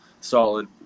solid